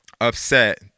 upset